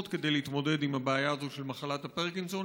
כדי להתמודד עם הבעיה הזאת של מחלת הפרקינסון,